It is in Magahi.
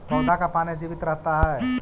पौधा का पाने से जीवित रहता है?